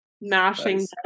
mashing